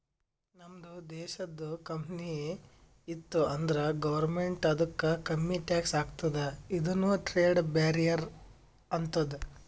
ನಮ್ದು ದೇಶದು ಕಂಪನಿ ಇತ್ತು ಅಂದುರ್ ಗೌರ್ಮೆಂಟ್ ಅದುಕ್ಕ ಕಮ್ಮಿ ಟ್ಯಾಕ್ಸ್ ಹಾಕ್ತುದ ಇದುನು ಟ್ರೇಡ್ ಬ್ಯಾರಿಯರ್ ಆತ್ತುದ